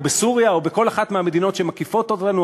בסוריה או בכל אחת מהמדינות שמקיפות אותנו,